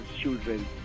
children